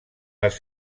les